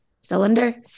Cylinder